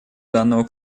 данного